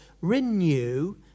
renew